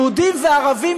יהודים וערבים,